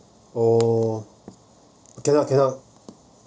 oh cannot cannot